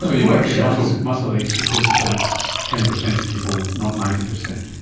so you know muscle muscle aches with this but it's ten percent of people, not ninety percent.